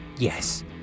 Yes